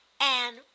And